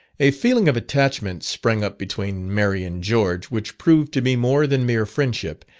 a feeling of attachment sprang up between mary and george, which proved to be more than mere friendship,